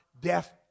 death